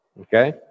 Okay